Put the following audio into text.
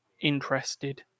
interested